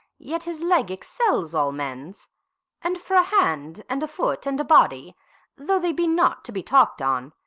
yet his leg excels all men's and for a hand and a foot, and a body though they be not to be talked on,